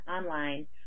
online